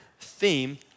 theme